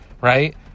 right